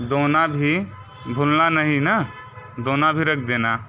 दोनों भी भूलना नहीं ना दोनों भी रख देना